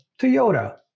Toyota